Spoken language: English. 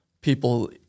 people